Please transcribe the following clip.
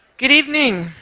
good evening.